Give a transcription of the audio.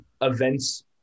events